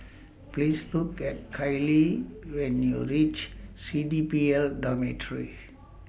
Please Look At Kailee when YOU REACH C D P L Dormitories